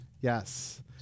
Yes